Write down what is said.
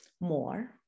more